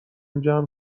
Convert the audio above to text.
جمع